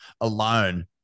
alone